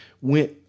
went